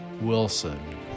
Wilson